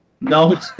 No